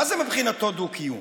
מה זה מבחינתו דו-קיום?